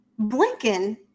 Blinken